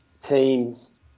teams